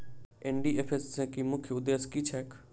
NDFSC केँ मुख्य उद्देश्य की छैक?